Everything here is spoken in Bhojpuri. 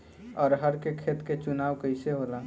अरहर के खेत के चुनाव कइसे होला?